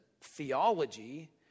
theology